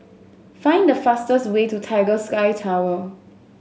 find the fastest way to Tiger Sky Tower